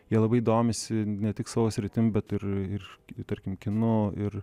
jie labai domisi ne tik savo sritim bet ir ir tarkim kinu ir